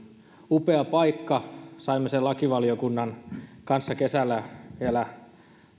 upea paikka saimme sen lakivaliokunnan kanssa kesällä vielä